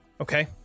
Okay